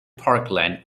parkland